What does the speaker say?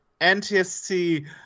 NTSC